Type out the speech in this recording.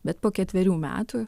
bet po ketverių metų